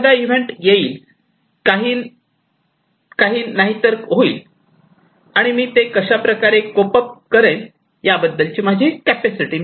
एखादा इव्हेंट येईल काही नाहीतर होईल आणि मी ते कशाप्रकारे कोप अप् करेल याबद्दलची माझी कॅपॅसिटी